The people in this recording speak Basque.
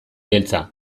beltza